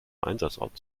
einsatzort